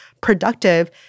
productive